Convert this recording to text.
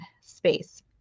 space